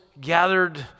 gathered